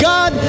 God